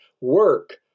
work